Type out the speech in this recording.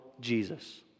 Jesus